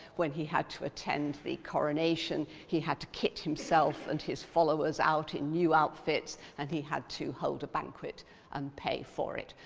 when he had to attend the coronation, he had to kit himself and his followers out in new outfits and he had to hold a banquet and pay for it.